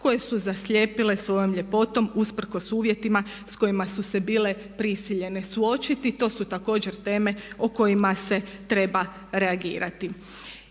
koje su zaslijepile svojom ljepotom usprkos uvjetima s kojima su se bile prisiljene suočiti. To su također teme o kojima se treba reagirati.